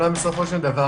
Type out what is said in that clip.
השוואתי.